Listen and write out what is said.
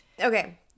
Okay